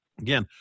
Again